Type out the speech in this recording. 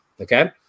Okay